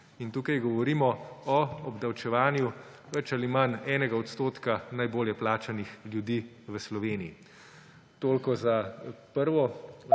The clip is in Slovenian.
In tukaj govorimo o obdavčevanju več ali manj enega odstotka najbolje plačanih ljudi v Sloveniji. Toliko za prvo